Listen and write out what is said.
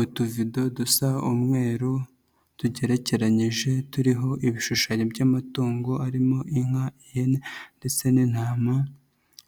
Utuvido dusa umweru tugerekeranyije turiho ibishushanyo by'amatungo arimo inka, ihene ndetse n'intama,